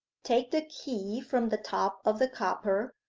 take the key from the top of the copper,